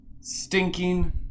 stinking